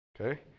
Okay